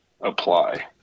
apply